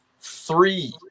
Three